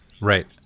Right